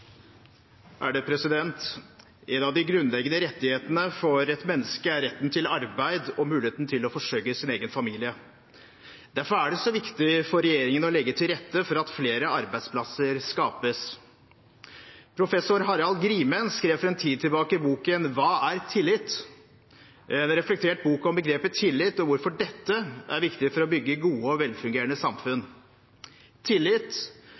retten til arbeid og muligheten til å forsørge sin egen familie. Derfor er det så viktig for regjeringen å legge til rette for at flere arbeidsplasser skapes. Professor Harald Grimen skrev for en tid tilbake boken «Hva er tillit», en reflektert bok om begrepet «tillit» og hvorfor dette er viktig for å bygge gode og velfungerende samfunn. Tillit